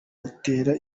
utera